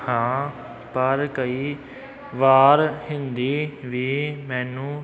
ਹਾਂ ਪਰ ਕਈ ਵਾਰ ਹਿੰਦੀ ਵੀ ਮੈਨੂੰ